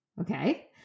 okay